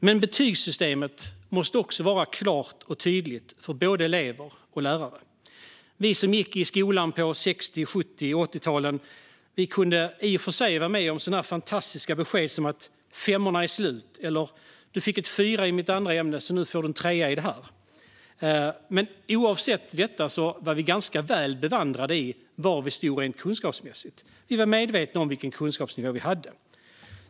Men betygssystemet måste också vara klart och tydligt för både elever och lärare. Vi som gick i skolan på 60-, 70 och 80-talen kunde i och för sig få sådana fantastiska besked som att "femmorna är slut" eller "du fick en fyra i mitt andra ämne, så då får du en trea här". Men oavsett det var vi ganska väl bevandrade i var vi stod rent kunskapsmässigt. Vi var medvetna om vilken kunskapsnivå vi hade.